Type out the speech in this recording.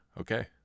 okay